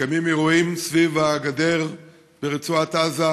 מתקיימים אירועים סביב הגדר ברצועת עזה